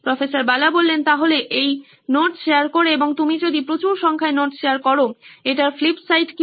প্রফ্ বালা তাহলে এই নোটস শেয়ার করে এবং তুমি যদি প্রচুর সংখ্যায় নোটস শেয়ার করো এটার ফ্লিপ সাইড কি